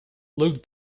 looked